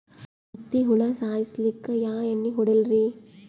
ಹತ್ತಿ ಹುಳ ಸಾಯ್ಸಲ್ಲಿಕ್ಕಿ ಯಾ ಎಣ್ಣಿ ಹೊಡಿಲಿರಿ?